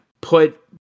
put